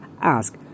ask